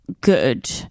good